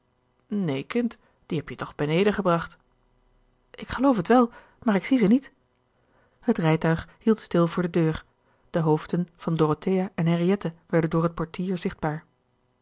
neen kind die heb je toch beneden gebracht ik geloof het wel maar ik zie ze niet het rijtuig hield stil voor de deur de hoofden van dorothea en henriette werden door het portier zichtbaar